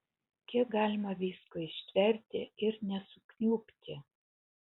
kiek galima visko ištverti ir nesukniubti